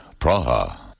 Praha